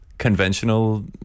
conventional